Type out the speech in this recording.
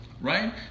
right